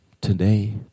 today